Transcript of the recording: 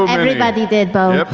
um everybody did, beau.